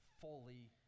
fully